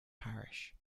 parish